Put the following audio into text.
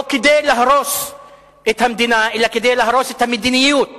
לא כדי להרוס את המדינה אלא כדי להרוס את המדיניות.